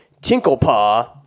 Tinklepaw